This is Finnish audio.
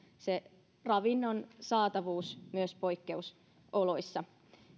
ravinnon saatavuus myös poikkeusoloissa